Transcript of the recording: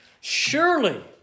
Surely